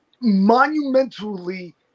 monumentally